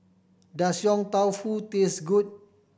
does Yong Tau Foo taste good